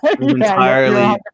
entirely